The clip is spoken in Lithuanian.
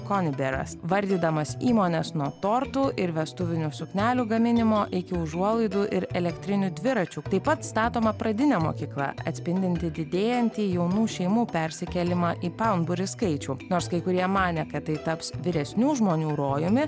koniberas vardydamas įmones nuo tortų ir vestuvinių suknelių gaminimo iki užuolaidų ir elektrinių dviračių taip pat statoma pradinė mokykla atspindinti didėjantį jaunų šeimų persikėlimą į pamburį skaičių nors kai kurie manė kad tai taps vyresnių žmonių rojumi